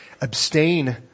abstain